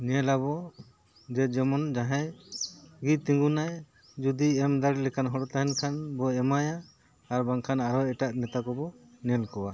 ᱧᱮᱞ ᱟᱵᱚ ᱡᱮ ᱡᱮᱢᱚᱱ ᱡᱟᱦᱟᱸᱭ ᱜᱮ ᱛᱤᱜᱩᱱᱟᱭ ᱡᱩᱫᱤ ᱮᱢ ᱫᱟᱲᱮ ᱞᱮᱠᱟᱱ ᱦᱚᱲ ᱛᱟᱦᱮᱱ ᱠᱷᱟᱱ ᱵᱚ ᱮᱢᱟᱭᱟ ᱟᱨ ᱵᱟᱝᱠᱷᱟᱱ ᱟᱨᱦᱚᱸ ᱮᱴᱟᱜ ᱱᱮᱛᱟ ᱠᱚᱵᱚ ᱧᱮᱞ ᱠᱚᱣᱟ